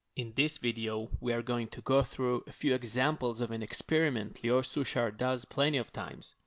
in this video we are going to go through a few examples of an experiment lior suchard does plenty of times,